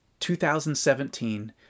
2017